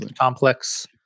complex